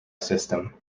system